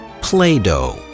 Play-Doh